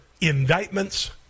indictments